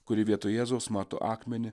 kuri vietoj jėzus mato akmenį